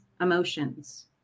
emotions